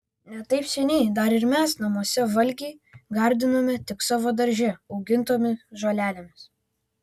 ne taip seniai dar ir mes namuose valgį gardinome tik savo darže augintomis žolelėmis